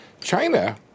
China